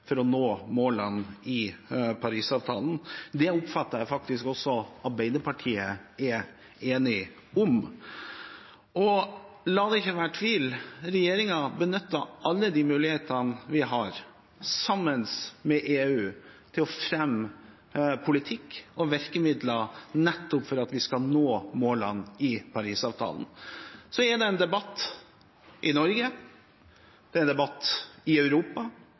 for å nå målene i Parisavtalen. Det oppfatter jeg faktisk også at Arbeiderpartiet er enig i. La det ikke være tvil: Regjeringen benytter alle muligheter vi har, sammen med EU, til å fremme politikk og virkemidler nettopp for at vi skal nå målene i Parisavtalen. Det er en debatt i Norge, det er en debatt i Europa,